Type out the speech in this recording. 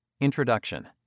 Introduction